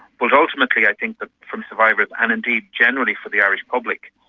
but ultimately i think that for survivors and indeed generally for the irish public,